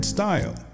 style